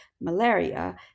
malaria